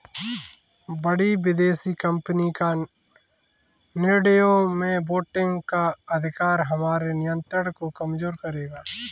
बड़ी विदेशी कंपनी का निर्णयों में वोटिंग का अधिकार हमारे नियंत्रण को कमजोर करेगा